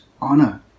honor